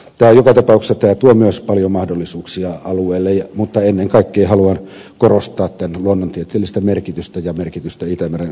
joka tapauksessa tämä tuo myös paljon mahdollisuuksia alueelle mutta ennen kaikkea haluan korostaa tämän luonnontieteellistä merkitystä ja merkitystä itämeren suojelun osalta